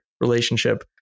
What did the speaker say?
relationship